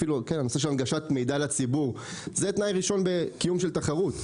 אפילו נושא של הנגשת מידע לציבור זה תנאי ראשון בקיום של תחרות.